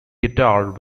guitar